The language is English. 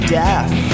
death